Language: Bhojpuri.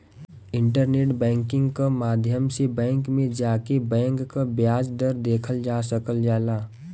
इंटरनेट बैंकिंग क माध्यम से बैंक में जाके बैंक क ब्याज दर देखल जा सकल जाला